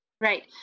Right